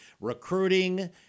recruiting